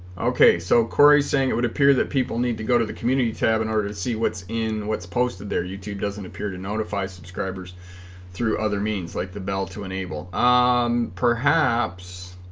okay so cory's saying it would appear that people need to go to the community to have in order to see what's in what's posted there youtube doesn't appear to notify subscribers through other means like the bell to enable um perhaps